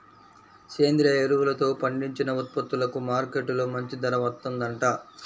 సేంద్రియ ఎరువులతో పండించిన ఉత్పత్తులకు మార్కెట్టులో మంచి ధర వత్తందంట